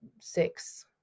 six